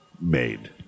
made